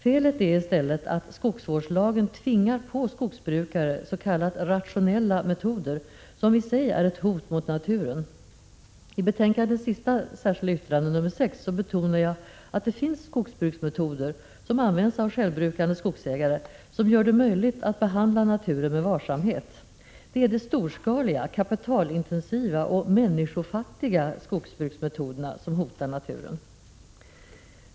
Felet är i stället att skogsvårdslagen tvingar på skogsbrukare s.k. rationella metoder som i sig är ett hot mot naturen. I betänkandets sista särskilda yttrande, nr 6, betonar jag att det finns skogsbruksmetoder som används av självbrukande skogsägare och som gör det möjligt att behandla naturen med varsamhet. Det är de storskaliga, kapitalintensiva och människofattiga skogsbruksmetoderna som hotar naturen.